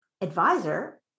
advisor